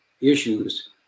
issues